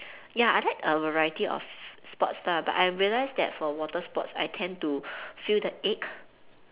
ya I like a variety of sports lah but I realised that for water sports I tend to feel the ache